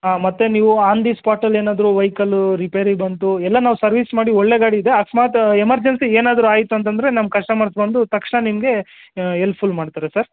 ಹಾಂ ಮತ್ತೆ ನೀವು ಆನ್ ದಿ ಸ್ಪಾಟಲ್ಲಿ ಏನಾದರು ವೈಕಲು ರಿಪೇರಿಗೆ ಬಂತು ಎಲ್ಲ ನಾವು ಸರ್ವಿಸ್ ಮಾಡಿ ಒಳ್ಳೆಯ ಗಾಡಿ ಇದೆ ಅಕಸ್ಮಾತ್ ಎಮರ್ಜೆನ್ಸಿ ಏನಾದರೂ ಆಯ್ತು ಅಂತಂದರೆ ನಮ್ಮ ಕಸ್ಟಮರ್ಸ್ ಬಂದು ತಕ್ಷಣ ನಿಮಗೆ ಎಲ್ಪ್ಫುಲ್ ಮಾಡ್ತಾರೆ ಸರ್